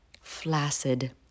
flaccid